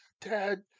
Dad